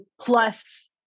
plus